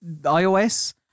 iOS